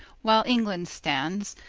while england stands,